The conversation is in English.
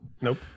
Nope